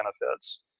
benefits